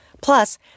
Plus